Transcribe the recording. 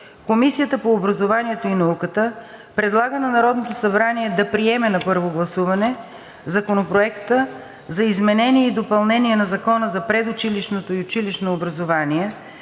Комисията по образованието и науката предлага на Народното събрание да приеме на първо гласуване Законопроект за изменение и допълнение на Закона за предучилищното и училищното образование,